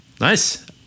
Nice